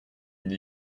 une